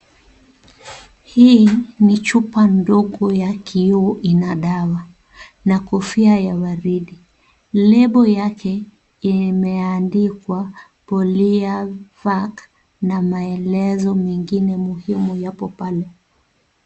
Hii ni chupa ndogo ya kioo ina dawa na kofia ya waridi, lebo yake imeandikwa Poliovac na maelezo mengine muhimu yapo pale.